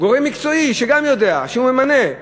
גורם מקצועי, שגם יודע, שממנה.